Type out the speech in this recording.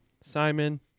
Simon